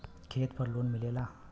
खेत पर लोन मिलेला का?